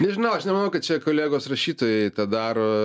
nežinau aš nemanau kad čia kolegos rašytojai tą daro